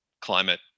climate